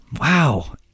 Wow